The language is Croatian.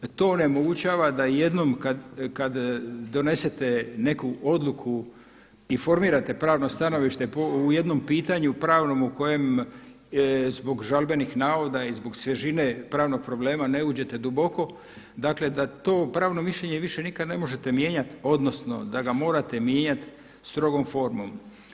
To onemogućava da jednom kad donesete neku odluku i formirate pravno stanovište u jednom pitanju pravnom u kojem zbog žalbenih navoda i zbog svježine pravnog problema ne uđete duboko, dakle da to pravno mišljenje više nikad ne možete mijenjat odnosno da ga morate mijenjati strogom formom.